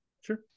Sure